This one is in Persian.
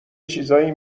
چیزایی